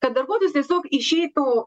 kad darbuotojas tiesiog išeitų